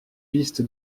piste